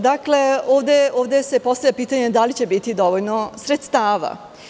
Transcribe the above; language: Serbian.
Dakle, ovde se postavlja pitanje, da li će biti dovoljno sredstava?